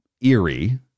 eerie